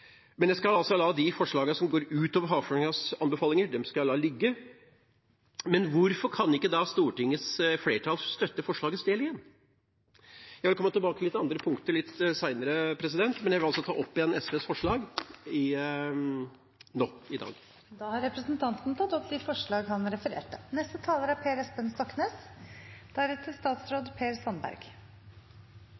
Men jeg skal la de forslagene som går utover Havforskningsinstituttets anbefalinger, ligge. Hvorfor kan ikke Stortingets flertall da støtte forslagets del én? Jeg vil komme tilbake til andre punkter litt senere, men jeg vil ta opp SVs forslag. Da har representanten Arne Nævra tatt opp de forslagene han refererte